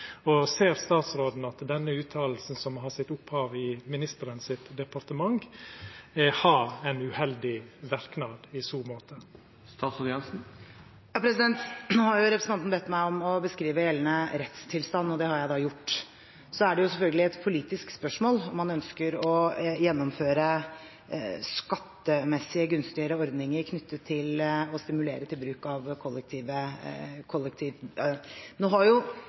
Ser statsråden at denne utsegna, som har sitt opphav i ministeren sitt departement, har ein uheldig verknad i så måte? Nå har representanten Breivik bedt meg om å beskrive gjeldende rettstilstand, og det har jeg da gjort. Så er det selvfølgelig et politisk spørsmål om man ønsker å gjennomføre skattemessig gunstigere ordninger knyttet til å stimulere til bruk av kollektivtilbudet. Regjeringen har,